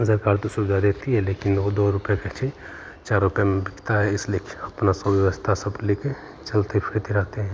सरकार तो सुविधा देती है लेकिन दो रुपया का चीज चार रुपया में बिकता है इसीलिए अपना सब व्यवस्था सब लेके चलते फिरते रहते हैं